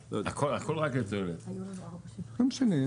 איתו קצת כדי להבין איפה הדברים נמצאים,